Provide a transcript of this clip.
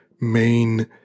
main